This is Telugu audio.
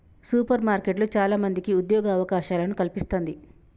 సూపర్ మార్కెట్లు చాల మందికి ఉద్యోగ అవకాశాలను కల్పిస్తంది